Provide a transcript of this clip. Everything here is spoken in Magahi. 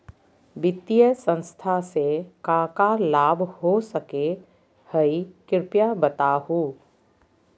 वित्तीय संस्था से का का लाभ हो सके हई कृपया बताहू?